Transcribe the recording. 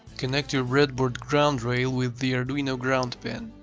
connect your breadboard ground rail with the arduino ground pin.